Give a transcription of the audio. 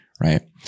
Right